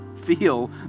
feel